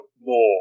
more